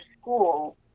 school